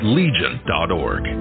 legion.org